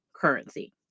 currency